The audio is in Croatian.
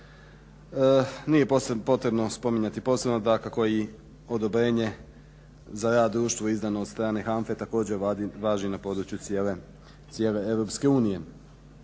Nije potrebno spominjati posebno dakako i odobrenje za rad društvu izdano od strane HANFA-e također važi na području cijele EU.